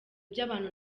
by’abantu